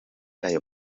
ayo